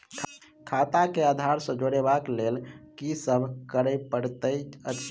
खाता केँ आधार सँ जोड़ेबाक लेल की सब करै पड़तै अछि?